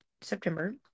September